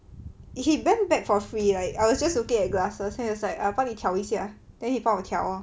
he bend back for free like I was just looking at glasses then he was like err 帮你调一下 then he 帮我调 lor